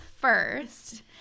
first